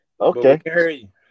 Okay